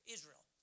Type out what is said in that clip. Israel